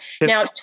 Now